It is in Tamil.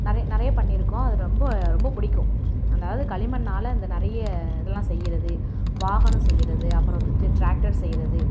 நிறைய நிறைய பண்ணியிருக்கோம் அது ரொம்ப ரொம்ப பிடிக்கும் அதாவது களிமண்ணால் அந்த நிறைய இதெலாம் செய்யறது வாகனம் செய்யறது அப்புறம் வந்துட்டு டிராக்டர் செய்யறது